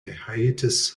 hiatus